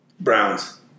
Browns